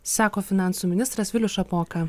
sako finansų ministras vilius šapoka